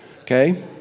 Okay